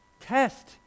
Test